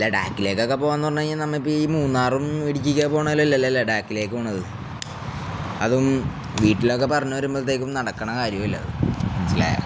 അല്ല ഡാക്കിലേക്കൊക്കെ പോവാന്ന് പറഞ്ഞു കഴിഞ്ഞാ നമ്മിപ്പ ഈ മൂന്നാറും ഇടിക്കാ പോണലല്ലല്ലേ ഡാക്കിലേക്ക് പോണത് അതും വീട്ടിലൊക്കെ പറഞ്ഞ വരുമ്പത്തേക്കും നടക്കണ കാര്യോല്ല അത് മിലേ